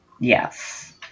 Yes